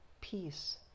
peace